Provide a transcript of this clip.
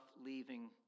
leaving